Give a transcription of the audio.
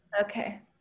Okay